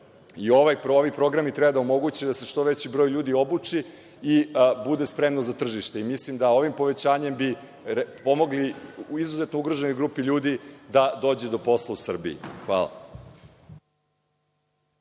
Ovaj program bi trebalo da omogući da se što veći broj ljudi obuči i bude spremno za tržište. Mislim da bi ovim povećanjem pomogli izuzetno ugroženoj grupi ljudi da dođe do posla u Srbiji. Hvala.